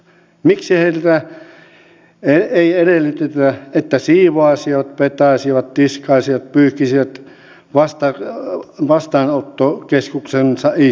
miksi heiltä ei edellytetä että siivoaisivat petaisivat tiskaisivat pyyhkisivät vastaanottokeskuksensa itse